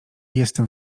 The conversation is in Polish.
jestem